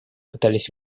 пытались